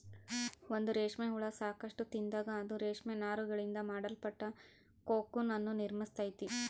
ಒಂದು ರೇಷ್ಮೆ ಹುಳ ಸಾಕಷ್ಟು ತಿಂದಾಗ, ಅದು ರೇಷ್ಮೆ ನಾರುಗಳಿಂದ ಮಾಡಲ್ಪಟ್ಟ ಕೋಕೂನ್ ಅನ್ನು ನಿರ್ಮಿಸ್ತೈತೆ